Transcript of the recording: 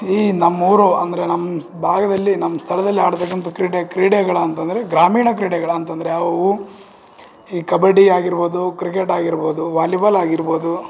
ಈ ನಮ್ಮ ಊರು ಅಂದರೆ ನಮ್ಮ ಭಾಗದಲ್ಲಿ ನಮ್ಮ ಸ್ಥಳದಲ್ಲಿ ಆಡತಕ್ಕಂಥ ಕ್ರೀಡೆ ಕ್ರೀಡೆಗಳ ಅಂತಂದರೆ ಗ್ರಾಮೀಣ ಕ್ರೀಡೆಗಳು ಅಂತಂದರೆ ಯಾವುವು ಈ ಕಬಡ್ಡಿ ಆಗಿರ್ಬೋದು ಕ್ರಿಕೆಟ್ ಆಗಿರ್ಬೋದು ವಾಲಿಬಾಲ್ ಆಗಿರ್ಬೋದು